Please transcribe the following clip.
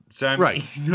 Right